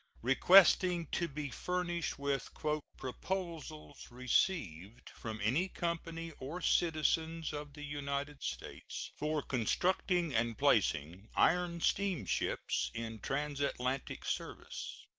requesting to be furnished with proposals received from any company or citizens of the united states for constructing and placing iron steamships in transatlantic service,